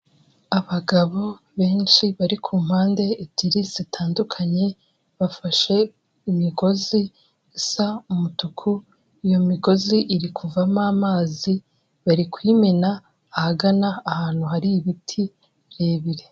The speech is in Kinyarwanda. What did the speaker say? Abagabo benshi bari ku mpande ebyiri zitandukanye, bafashe imigozi isa umutuku. Iyo migozi iri kuvamo amazi bari kuyimena ahagana ahantu hari ibiti birebire.